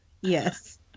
Yes